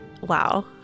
wow